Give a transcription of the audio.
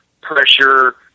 pressure